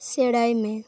ᱥᱮᱲᱟᱭ ᱢᱮ